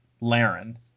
Laren